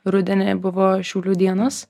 rudenį buvo šiaulių dienos